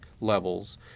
levels